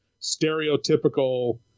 stereotypical